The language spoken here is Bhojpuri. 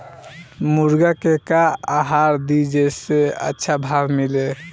मुर्गा के का आहार दी जे से अच्छा भाव मिले?